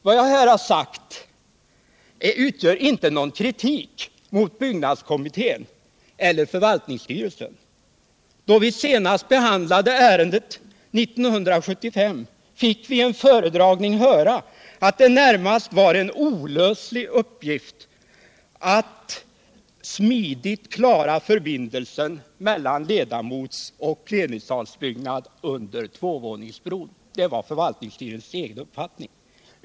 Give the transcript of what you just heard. Vad jag här har sagt utgör inte någon kritik mot byggnadskommittén eller förvaltningsstyrelsen. Då vi senast behandlade ärendet 1975 fick vi i en föredragning höra att det närmast var en olöslig uppgift att smidigt klara förbindelsen mellan ledamots och plenisalsbyggnad utan tvåvåningsbron. Det var förvaltningsstyrelsens egen uppfattning.